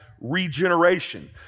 regeneration